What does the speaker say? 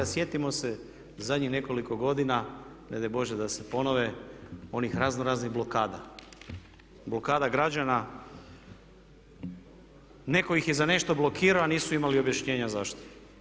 Sjetimo se u zadnjih nekoliko godina, ne daj Bože da se pojave, onih razno raznih blokada, blokada građana, netko ih je za nešto blokirao a nisu imali objašnjenja zašto.